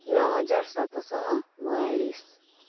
ନଅ ହଜାର ସାତଶହ ବୟାଳିଶି